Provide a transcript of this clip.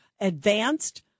advanced